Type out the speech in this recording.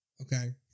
Okay